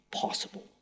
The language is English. possible